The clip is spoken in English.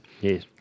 Yes